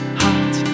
heart